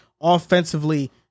offensively